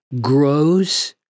grows